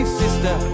sister